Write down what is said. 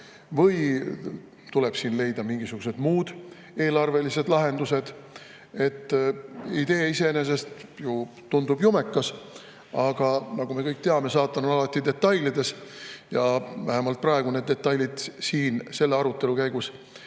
või tuleb siin leida mingisugused muud eelarvelised lahendused? Idee iseenesest ju tundub jumekas. Aga nagu me kõik teame, saatan on alati detailides. Ja vähemalt praegu need detailid siin selle arutelu käigus